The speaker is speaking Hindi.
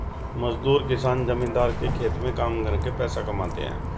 मजदूर किसान जमींदार के खेत में काम करके पैसा कमाते है